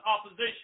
opposition